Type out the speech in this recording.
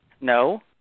No